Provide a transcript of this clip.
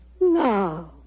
Now